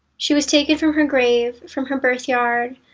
she was taken from her grave, from her birthyard,